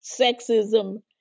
sexism